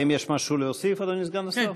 האם יש משהו להוסיף, אדוני סגן השר?